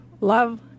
love